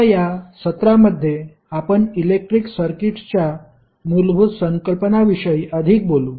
आता या सत्रामध्ये आपण इलेक्ट्रिक सर्किट्सच्या मूलभूत संकल्पनांविषयी अधिक बोलू